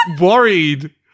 worried